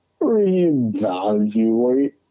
reevaluate